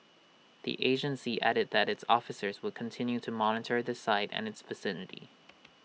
the agency added that its officers will continue to monitor the site and its vicinity